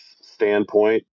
standpoint